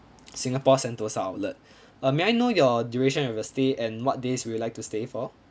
singapore sentosa outlet uh may I know your duration of your stay and what days would you like to stay for